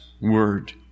word